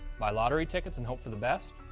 buy lottery tickets and hope for the best?